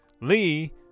Lee